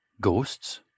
Ghosts